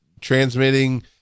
transmitting